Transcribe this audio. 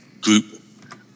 group